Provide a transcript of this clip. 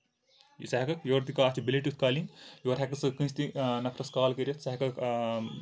ژٕ ہٮ۪ککھ یورٕ تہِ کانٛہہ اتھ چھِ بلوٗٹوٗتھ کالِنٛگ یورٕ ہٮ۪ککھ ژٕ کٲنسہِ تہِ نفرَس کال کٔرِتھ ژٕ ہٮ۪ککھ